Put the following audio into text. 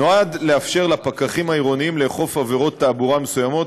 נועד לאפשר לפקחים העירוניים לאכוף עבירות תעבורה מסוימות,